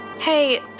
Hey